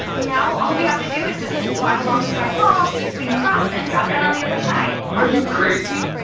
now all we have to do is just climb along the side wall swing across, and drop down on the other side are you crazy?